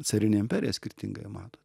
carinė imperija skirtingai ją mato